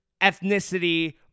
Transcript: ethnicity